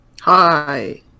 Hi